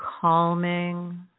calming